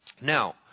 now